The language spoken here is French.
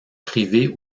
privées